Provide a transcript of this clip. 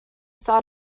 thought